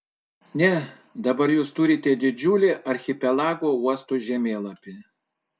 ne dabar jūs turite didžiulį archipelago uostų žemėlapį